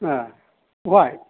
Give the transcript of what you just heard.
ए बहाय